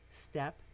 Step